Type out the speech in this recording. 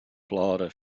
plora